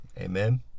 Amen